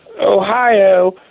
Ohio